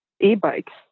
e-bikes